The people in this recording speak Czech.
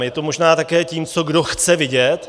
Je to možná také tím, co kdo chce vidět.